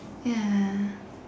ya